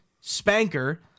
spanker